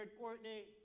Courtney